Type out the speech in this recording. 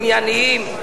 ענייניים,